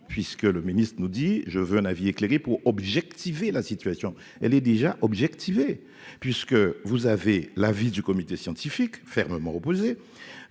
puisque le ministre nous dit : je veux un avis éclairé pour objectiver la situation elle est déjà objectiver puisque vous avez l'avis du comité scientifique fermement opposé,